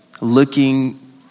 looking